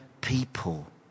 people